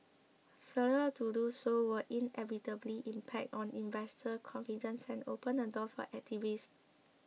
failure to do so will inevitably impact on investor confidence and open the door for activists